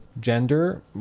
gender